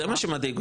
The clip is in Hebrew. זה מה שמדאיג אותי.